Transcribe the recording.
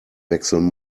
wechseln